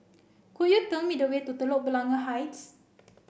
could you tell me the way to Telok Blangah Heights